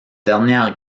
dernière